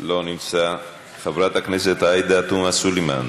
לא נמצא, חברת הכנסת עאידה תומא סלימאן,